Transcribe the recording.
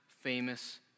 famous